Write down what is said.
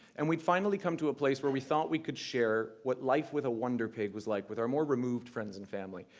and we'd finally come to a place where we thought we could share what life with a wonder pig was like with our more removed friends and family.